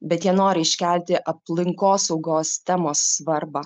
bet jie nori iškelti aplinkosaugos temos svarbą